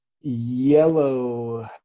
yellow